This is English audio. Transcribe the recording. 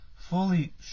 Fully